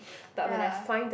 ya